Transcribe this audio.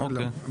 רטרואקטיבית.